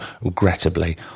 regrettably